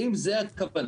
אם זו הכוונה,